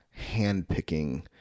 handpicking